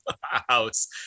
house